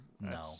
No